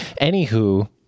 anywho